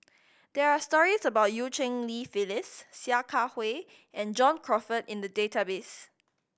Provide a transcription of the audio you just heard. there are stories about Eu Cheng Li Phyllis Sia Kah Hui and John Crawfurd in the database